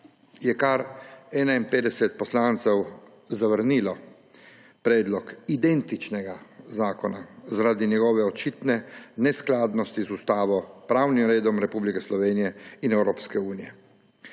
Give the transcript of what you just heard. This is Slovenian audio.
je kar 51 poslancev zavrnilo predlog identičnega zakona zaradi njegove očitne neskladnosti z Ustavo, pravnim redom Republike Slovenije in Evropske unije.